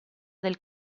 del